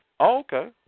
okay